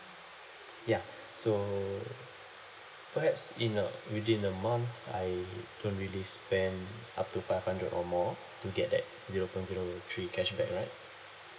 ya so perhaps in uh within the month I don't really spend up to five hundred or more to get that zero point zero three cashback right